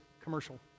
commercial